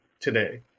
today